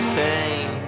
pain